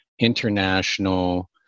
International